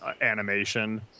animation